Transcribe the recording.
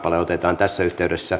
otetaan tässä yhteydessä